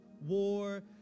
war